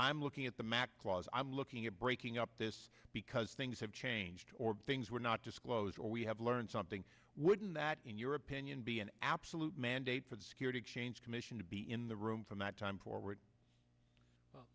i'm looking at the mac was i'm looking at breaking up this because things have changed or things were not disclosed or we have learned something wouldn't that in your opinion be an absolute mandate for the security exchange commission to be in the room from that time forward